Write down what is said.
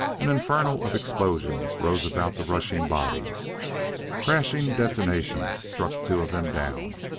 an inferno of explosions rose about the rushing bodies crashing detonations struck two of them down,